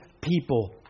people